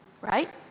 Right